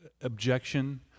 objection